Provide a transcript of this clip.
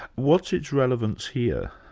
what's its relevance here?